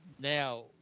now